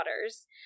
waters